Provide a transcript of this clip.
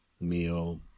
meal